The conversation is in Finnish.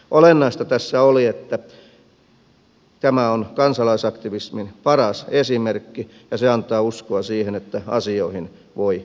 olennaista tässä oli että tämä on kansalaisaktivismin paras esimerkki ja se antaa uskoa siihen että asioihin voi vaikuttaa